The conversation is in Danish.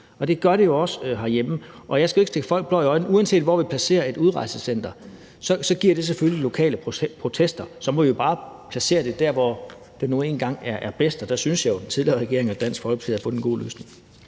Det gør det jo også herhjemme. Og jeg skal ikke stikke folk blår i øjnene – uanset hvor vi placerer et udrejsecenter, giver det selvfølgelig lokale protester. Og så må vi jo bare placere det der, hvor det nu engang er bedst, og der synes jeg, at den tidligere regering og Dansk Folkeparti havde fundet en god løsning.